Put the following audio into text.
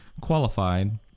qualified